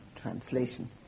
Translation